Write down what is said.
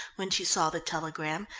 when she saw the telegram,